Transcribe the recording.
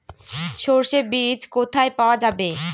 সর্ষে বিজ কোথায় পাওয়া যাবে?